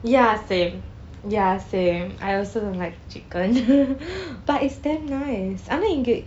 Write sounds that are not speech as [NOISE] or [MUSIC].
ya same ya same I also don't like chicken [NOISE] but it's damn nice ஆனால் இங்கே:aanaal inkei